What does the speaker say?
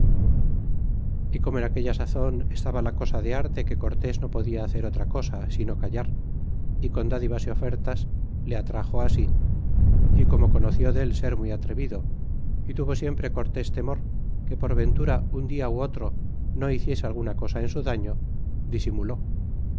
como en aquella sazon estaba la cosa de arte que cortés no podia hacer otra cosa tino callar y con dádivas y ofertas le atrax si y como conoció del ser muy atrevido y tuvo siempre cortés temor que por ventura un dia ó otro no hiciese alguna cosa en su daño disimuló